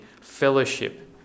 fellowship